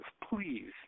please